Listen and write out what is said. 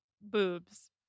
boobs